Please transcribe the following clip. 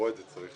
כופפת את משרד